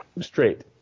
straight